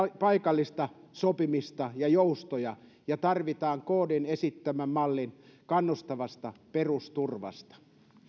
paikallista sopimista ja joustoja ja tarvitaan kdn esittämä malli kannustavasta perusturvasta